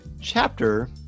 chapter